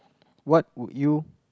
what would you